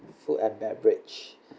food and beverage